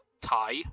tie